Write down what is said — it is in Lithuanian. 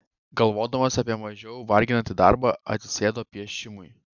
galvodamas apie mažiau varginantį darbą atsidėjo piešimui